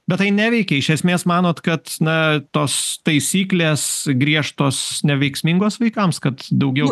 bet tai neveikia iš esmės manot kad na tos taisyklės griežtos neveiksmingos vaikams kad daugiau